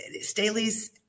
Staley's